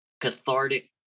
cathartic